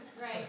Right